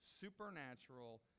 supernatural